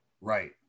Right